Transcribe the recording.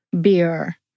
beer